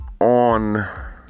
on